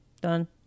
Done